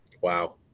wow